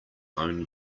own